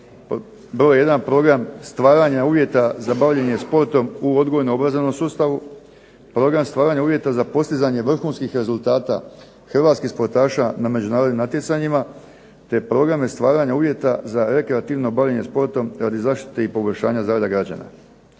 broj jedan program stvaranja uvjeta za bavljenje sportom u odgojno-obrazovnom sustavu, program stvaranja uvjeta za postizanje vrhunskih rezultata Hrvatskih sportaša na međunarodnim natjecanjima, te programe stvaranja uvjeta za rekreativno bavljenje sportom radi poboljšanja zdravlja građana.